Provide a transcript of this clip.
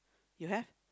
you have